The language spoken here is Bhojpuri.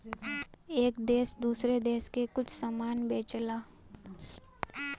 एक देस दूसरे देस के कुछ समान बेचला